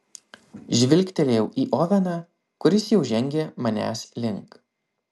žvilgtelėjau į oveną kuris jau žengė manęs link